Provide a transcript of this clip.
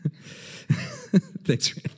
Thanks